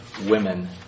women